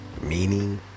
meaning